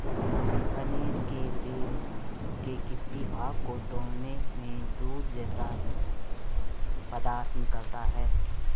कनेर के पेड़ के किसी भाग को तोड़ने में दूध जैसा पदार्थ निकलता है